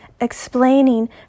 explaining